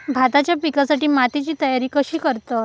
भाताच्या पिकासाठी मातीची तयारी कशी करतत?